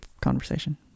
conversation